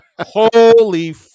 Holy